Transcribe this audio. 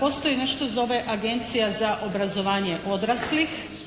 postoji nešto, zove Agencija za obrazovanje odraslih